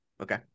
Okay